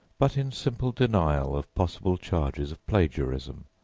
but in simple denial of possible charges of plagiarism,